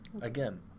again